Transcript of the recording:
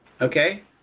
Okay